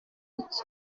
iki